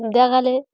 দেখালে